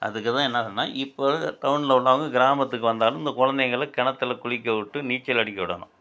அதுக்கு தான் என்னதுன்னா இப்போது டவுனில் உள்ளங்க கிராமத்துக்கு வந்தாலும் இந்த கொழந்தைங்கள கிணத்துல குளிக்க விட்டு நீச்சல் அடிக்க விடணும்